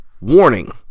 Warning